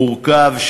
מורכב,